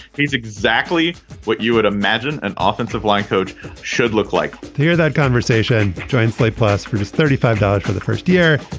he's exactly what you would imagine an offensive line coach should look like hear that conversation. join slate plus four just thirty five dollars for the first year.